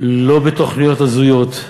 לא בתוכניות הזויות,